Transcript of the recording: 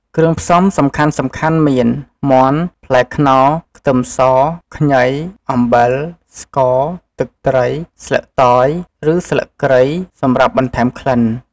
គ្រឿងផ្សំសំខាន់ៗមាន មាន់ ផ្លែខ្នុរ ខ្ទឹមស ខ្ញី អំបិល ស្ករ ទឹកត្រី ស្លឹកតយ ឬស្លឹកគ្រៃ សម្រាប់បន្ថែមក្លិន។